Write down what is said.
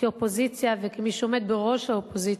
כאופוזיציה וכמי שעומד בראש האופוזיציה,